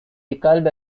dekalb